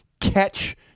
catch